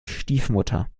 stiefmutter